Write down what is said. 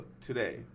today